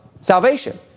salvation